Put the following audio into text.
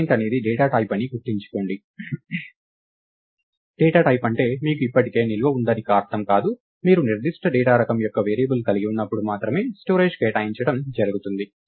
point అనేది data type అని గుర్తుంచుకోండి డేటా టైప్ అంటే మీకు ఇప్పటికే నిల్వ ఉందని అర్థం కాదు మీరు నిర్దిష్ట డేటా రకం యొక్క వేరియబుల్ కలిగి ఉన్నప్పుడు మాత్రమే స్టోరేజ్ కేటాయించడం జరుగుతుంది